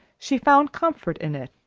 she found comfort in it,